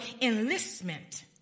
enlistment